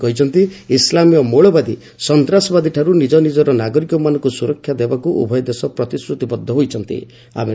Shri Trump ପୁଣି କହିଛନ୍ତି ଇସ୍ଲାମୀୟ ମୌଳବାଦୀ ସନ୍ତାସବାଦୀଠାରୁ ନିଜନିଜର ନାଗରିକମାନଙ୍କୁ ସୁରକ୍ଷା ଦେବାକୁ ଉଭୟ ଦେଶ ପ୍ରତିଶ୍ରତିବଦ୍ଧ ହୋଇଛନ୍ତି